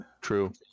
True